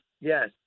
yes